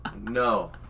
No